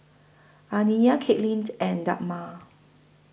Aniyah Katelyn and Dagmar